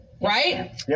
Right